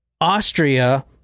Austria